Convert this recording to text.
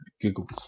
giggles